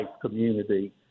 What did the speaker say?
community